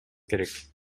керек